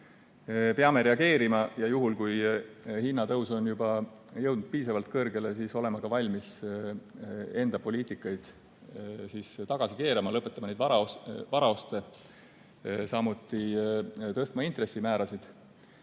peame reageerima, ja juhul kui hinnatõus on juba jõudnud piisavalt kõrgele, siis olema ka valmis enda poliitikaid tagasi keerama, lõpetama neid varaoste, samuti tõstma intressimäärasid.